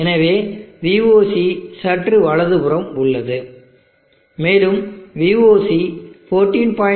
எனவே VOC சற்று வலதுபுறம் உள்ளது மேலும் VOC 14